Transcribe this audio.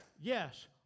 yes